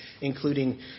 including